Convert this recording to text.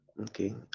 Okay